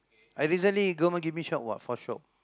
I recently government give me shop what for shop